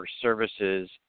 services